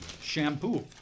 shampoo